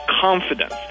confidence